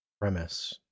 premise